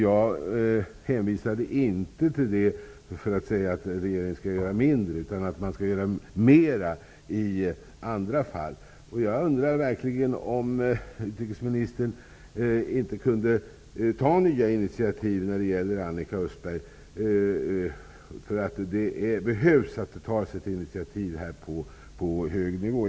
Jag hänvisade inte till detta fall för att säga att regeringen skall göra mindre, utan för att säga att den skall göra mer i andra fall. Jag undrar verkligen om utrikesministern inte kan ta nya initiativ när det gäller Annika Östberg. Det behövs att någon på hög nivå tar initiativ.